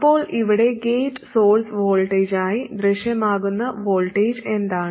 അപ്പോൾ ഇവിടെ gate source വോൾട്ടേജായി ദൃശ്യമാകുന്ന വോൾട്ടേജ് എന്താണ്